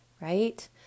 right